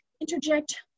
interject